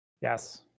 yes